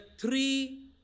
three